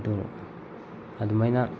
ꯑꯗꯨ ꯑꯗꯨꯃꯥꯏꯅ